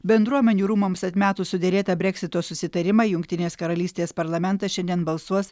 bendruomenių rūmams atmetus suderėtą breksito susitarimą jungtinės karalystės parlamentas šiandien balsuos